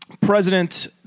President